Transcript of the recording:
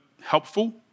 helpful